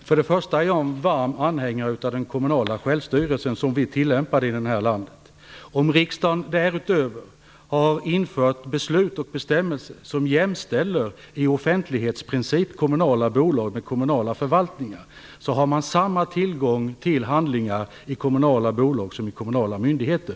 Fru talman! Först och främst är jag en varm anhängare av den kommunala självstyrelsen, som vi tillämpar i detta land. Om riksdagen därutöver har fattat beslut och infört bestämmelser som jämställer kommunala bolag med kommunala förvaltningar vad avser offentlighetsprincipen har man samma tillgång till handlingar i kommunala bolag som i kommunala myndigheter.